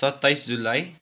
सत्ताइस जुलाई